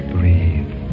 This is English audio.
Breathe